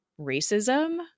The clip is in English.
racism